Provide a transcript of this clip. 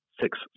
six